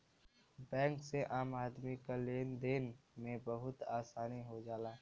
bank से आम आदमी क लेन देन में बहुत आसानी हो जाला